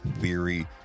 theory